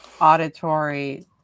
auditory